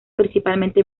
principalmente